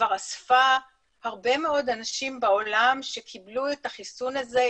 כבר אספה הרבה מאוד אנשים בעולם שקיבלו את החיסון הזה,